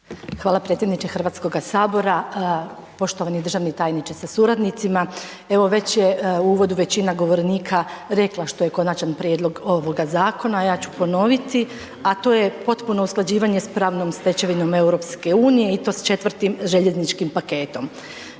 Hvala predsjedniče Hrvatskoga sabora, poštovani državni tajniče sa suradnicima, evo već je u uvodu većina govornika rekla što je konačan prijedlog ovoga zakona a ja ću ponoviti, a to je potpuno usklađivanje s pravnom stečevinom EU i to s 4 željezničkim paketom.